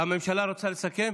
הממשלה רוצה לסכם?